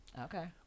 Okay